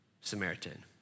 Samaritan